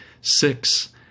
Six